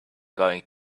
going